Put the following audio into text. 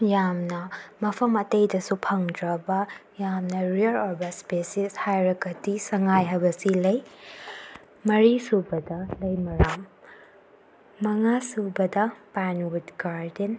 ꯌꯥꯝꯅ ꯃꯐꯝ ꯑꯇꯩꯗꯁꯨ ꯐꯪꯗ꯭ꯔꯕ ꯌꯥꯝꯅ ꯔꯦꯌꯔ ꯑꯣꯏꯕ ꯏꯁꯄꯦꯁꯤꯁ ꯍꯥꯏꯔꯒꯗꯤ ꯁꯉꯥꯏ ꯍꯥꯏꯕꯁꯤ ꯂꯩ ꯃꯔꯤ ꯁꯨꯕꯗ ꯂꯩꯃꯔꯥꯝ ꯃꯉꯥ ꯁꯨꯕꯗ ꯄꯥꯏꯟ ꯋꯨꯠ ꯒꯥꯔꯗꯦꯟ